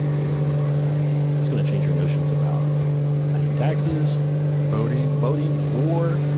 you know yeah that's going to change your notions about paying taxes voting voting, war,